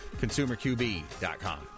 ConsumerQB.com